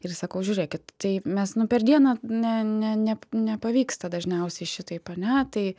ir sakau žiūrėkit tai mes nu per dieną ne ne ne nepavyksta dažniausiai šitaip ane tai